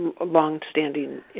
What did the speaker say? longstanding